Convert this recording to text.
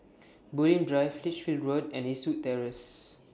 Bulim Drive Lichfield Road and Eastwood Terrace